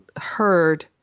heard